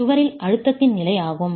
சுவரில் அழுத்தத்தின் நிலை ஆகும்